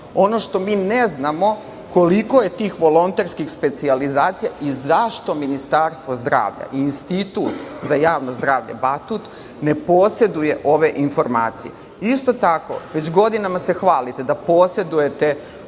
Ono što mi ne znamo koliko je tih volonterskih specijalizacija i zašto Ministarstvo zdravlja i Institut za javno zdravlje „Batut“ ne poseduje ove informacije. Isto tako već godinama se hvalite da posedujete